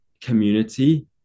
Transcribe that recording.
community